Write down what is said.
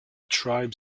tribe